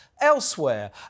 elsewhere